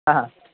हां हां